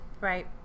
Right